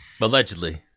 allegedly